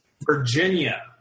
Virginia –